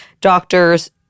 doctors